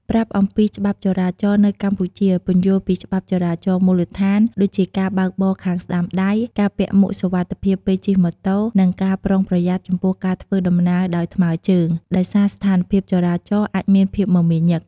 ប្រាប់អំពីច្បាប់ចរាចរណ៍នៅកម្ពុជាពន្យល់ពីច្បាប់ចរាចរណ៍មូលដ្ឋាន ដូចជាការបើកបរខាងស្ដាំដៃ ការពាក់មួកសុវត្ថិភាពពេលជិះម៉ូតូ និងការប្រុងប្រយ័ត្នចំពោះការធ្វើដំណើរដោយថ្មើរជើង ដោយសារស្ថានភាពចរាចរណ៍អាចមានភាពមមាញឹក។